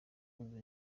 kuzuza